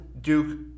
Duke